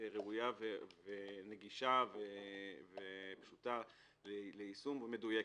ראויה ונגישה ופשוטה ליישום וכמובן מדויקת.